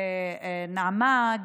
נעמה,